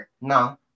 No